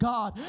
God